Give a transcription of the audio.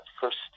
first